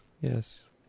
yes